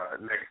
next